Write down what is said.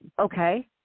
okay